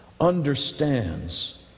understands